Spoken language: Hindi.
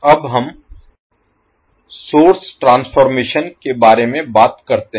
अब हम सोर्स ट्रांसफॉर्मेशन Transformation परिवर्तन के बारे में बात करते हैं